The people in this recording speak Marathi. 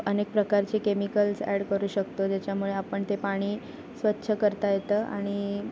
अनेक प्रकारचे केमिकल्स ॲड करू शकतो ज्याच्यामुळे आपण ते पाणी स्वच्छ करता येतं आणि